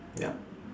yup